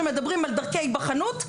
כשמדברים על דרכי היבחנות,